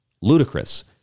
Ludicrous